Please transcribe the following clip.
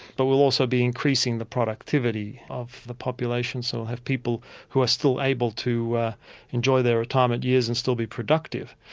but we'll also be increasing the productivity of the population, so we'll have people who are still able to enjoy their retirement years and still be productive.